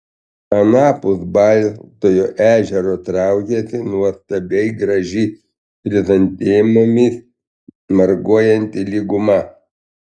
anapus baltojo ežero traukėsi nuostabiai graži chrizantemomis marguojanti lyguma